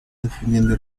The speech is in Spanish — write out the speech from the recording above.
defendiendo